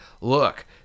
look